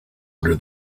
under